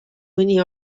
mõni